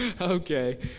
okay